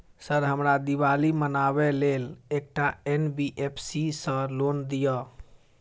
Sir हमरा दिवाली मनावे लेल एकटा एन.बी.एफ.सी सऽ लोन दिअउ?